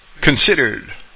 considered